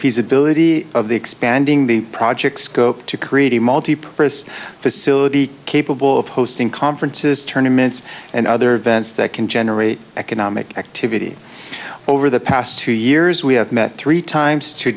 feasibility of the expanding the project scope to create a multipurpose facility capable of hosting conferences tournaments and other events that can generate economic activity over the past two years we have met three times to